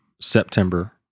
September